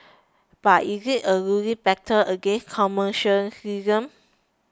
but is it a losing battle against commercialism